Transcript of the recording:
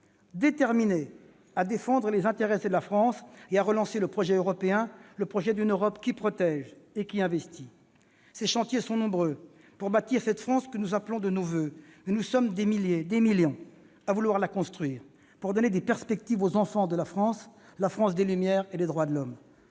Déterminés à défendre les intérêts de la France et à relancer le projet européen, celui d'une Europe qui protège et qui investit. Ces chantiers sont nombreux pour bâtir cette France que nous appelons de nos voeux. Mais nous sommes des millions à vouloir la construire, pour donner des perspectives aux enfants de la France, la France des Lumières et des droits de l'homme.